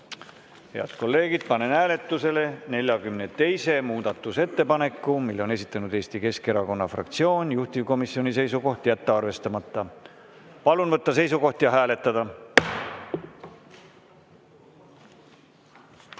Head kolleegid, panen hääletusele 42. muudatusettepaneku. Selle on esitanud Eesti Keskerakonna fraktsioon. Juhtivkomisjoni seisukoht on jätta arvestamata. Palun võtta seisukoht ja hääletada!